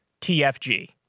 TFG